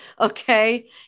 Okay